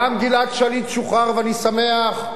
גם גלעד שליט שוחרר, ואני שמח.